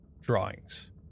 drawings